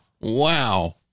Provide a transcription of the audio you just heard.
Wow